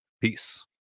Peace